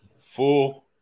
four